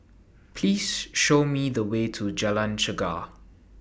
Please Show Me The Way to Jalan Chegar